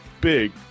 big